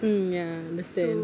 mm ya understand